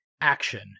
action